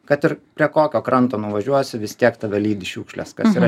kad ir prie kokio kranto nuvažiuosi vis tiek tave lydi šiukšles kas yra